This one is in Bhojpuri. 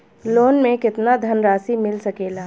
लोन मे केतना धनराशी मिल सकेला?